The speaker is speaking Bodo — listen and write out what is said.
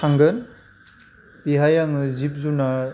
थांगोन बेहाय आङो जिब जुनार